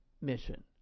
mission